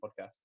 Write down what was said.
podcast